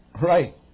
Right